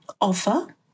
offer